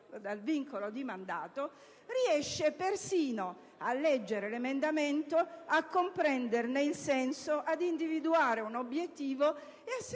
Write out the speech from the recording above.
dal vincolo di mandato, riesce persino a leggere un emendamento, a comprenderne il senso, a individuare un obiettivo e a